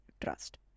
trust